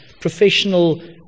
professional